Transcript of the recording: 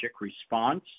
response